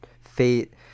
fate